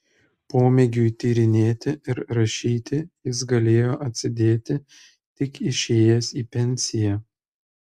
pomėgiui tyrinėti ir rašyti jis galėjo atsidėti tik išėjęs į pensiją